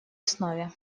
основе